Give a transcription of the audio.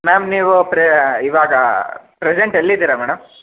ma'am ನೀವು ಪ್ರೇ ಇವಾಗ ಪ್ರೆಸೆಂಟ್ ಎಲ್ಲಿದ್ದೀರ ಮೇಡಮ್